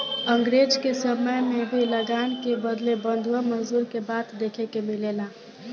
अंग्रेज के समय में भी लगान के बदले बंधुआ मजदूरी के बात देखे के मिलेला